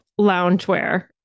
loungewear